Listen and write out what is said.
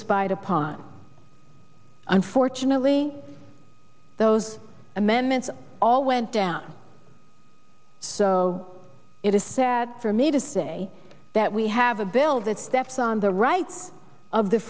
spied upon unfortunately those amendments all went down so it is sad for me to say that we have a bill that steps on the right of the